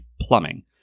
plumbing